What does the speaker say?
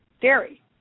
dairy